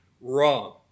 wrong